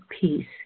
peace